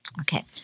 Okay